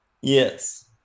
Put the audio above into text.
yes